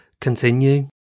continue